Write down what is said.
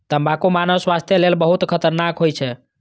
तंबाकू मानव स्वास्थ्य लेल बहुत खतरनाक होइ छै